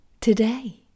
today